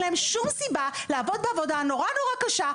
להן שום סיבה לעבוד בעבודה נורא קשה,